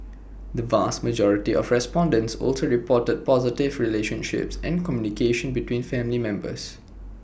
the vast majority of respondents also reported positive relationships and communication between family members